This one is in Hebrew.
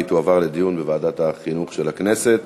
ותועברנה לדיון בוועדת החינוך של הכנסת.